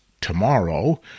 tomorrow